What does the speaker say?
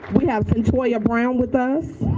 we have cyntoia brown with us.